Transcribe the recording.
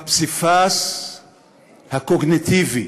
בפסיפס הקוגניטיבי,